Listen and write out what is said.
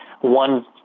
one